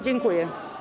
Dziękuję.